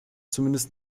zumindest